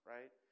Right